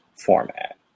format